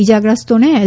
ઇજાગ્રસ્તોને એલ